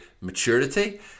maturity